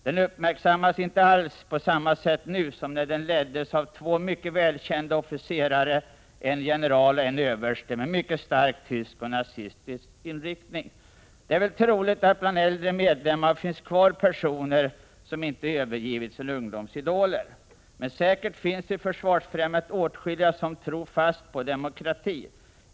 Den uppmärksammas inte alls på samma sätt nu som när den leddes av två mycket välkända officerare, en general och en överste, med mycket stark tysk och nazistisk inriktning. Det är väl troligt att det bland äldre medlemmar finns kvar personer som inte övergivit sina ungdomsidoler. Men säkert finns i Försvarsfrämjandet åtskilliga som tror fast på demokrati.